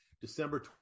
December